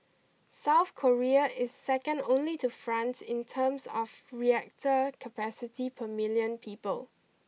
South Korea is second only to France in terms of reactor capacity per million people